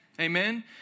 Amen